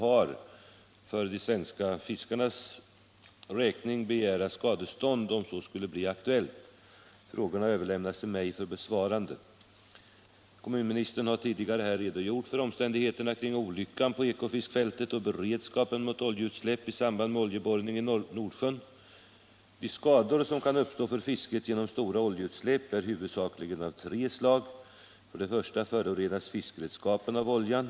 har att för de svenska fiskarnas räkning begära skadestånd om så skulle bli aktuellt. Frågorna har överlämnats till mig för besvarande. Kommunministern har tidigare redogjort för omständigheterna kring olyckan på Ekofiskfältet och beredskapen mot oljeutsläpp i samband med oljeborrning i Nordsjön. De skador som kan uppstå för fisket genom stora oljeutsläpp är huvudsakligen av tre slag. Först och främst förorenas fiskredskapen av oljan.